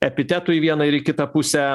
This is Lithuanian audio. epitetų į vieną ir į kitą pusę